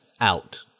out